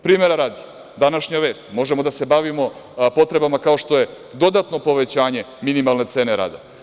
Primera radi, današnja vest, možemo da se bavimo potrebama kao što je dodatno povećanje minimalne cene rada.